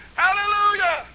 hallelujah